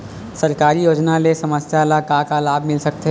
सरकारी योजना ले समस्या ल का का लाभ मिल सकते?